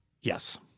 Yes